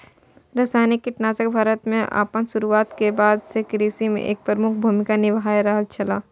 रासायनिक कीटनाशक भारत में आपन शुरुआत के बाद से कृषि में एक प्रमुख भूमिका निभाय रहल छला